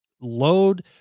load